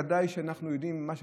וודאי שאנחנו יודעים מה שקורה,